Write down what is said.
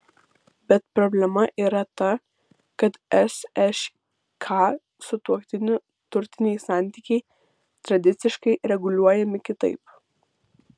bet problema yra ta kad sšk sutuoktinių turtiniai santykiai tradiciškai reguliuojami kitaip